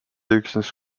üksnes